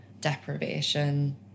deprivation